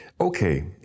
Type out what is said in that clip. Okay